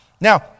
Now